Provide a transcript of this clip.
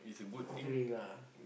agree lah